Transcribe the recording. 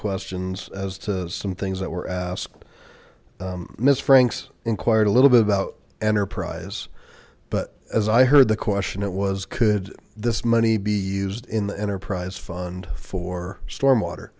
questions as to some things that were asked miss franks inquired a little bit about enterprise but as i heard the question it was could this money be used in the enterprise fund for storm water